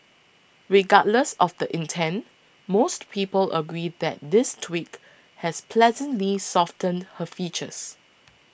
regardless of the intent most people agree that this tweak has pleasantly softened her features